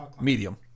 medium